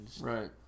Right